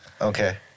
Okay